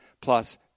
plus